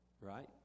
right